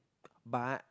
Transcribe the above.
but